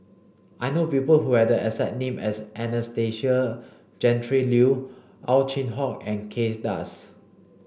I know people who have the exact name as Anastasia Tjendri Liew Ow Chin Hock and Kay Das